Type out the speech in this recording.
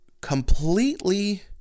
completely